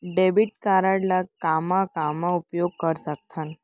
Debit card ला कामा कामा उपयोग कर सकथन?